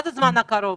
מה זה בזמן הקרוב?